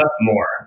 more